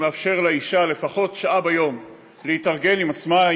שמאפשר לאישה לפחות שעה ביום להתארגן עם עצמה,